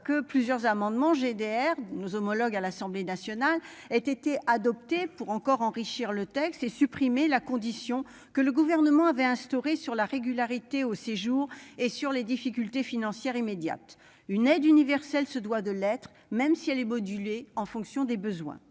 Que plusieurs amendements GDR nos homologues à l'Assemblée nationale ait été adopté pour encore enrichir le texte et supprimer la condition que le gouvernement avait instauré sur la régularité au séjour et sur les difficultés financières immédiates une aide universelle se doit de l'être, même si elle est modulée en fonction des besoins.